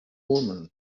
woman